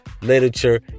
literature